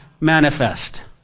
manifest